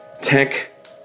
tech